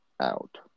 out